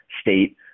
state